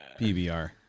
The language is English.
PBR